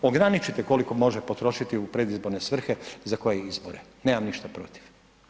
Ograničite koliko može potrošiti u predizborne svrhe za koje izbore, nemam ništa protiv.